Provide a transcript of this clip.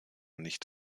nicht